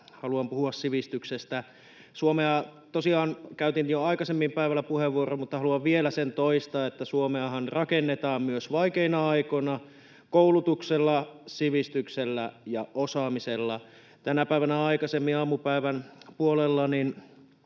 haluan puhua sivistyksestä. Käytin tosiaan jo aikaisemmin päivällä puheenvuoron, mutta haluan vielä toistaa sen, että Suomeahan rakennetaan myös vaikeina aikoina koulutuksella, sivistyksellä ja osaamisella. Tänä päivänä aikaisemmin — aamupäivän puolella